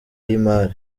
y’imari